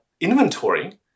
inventory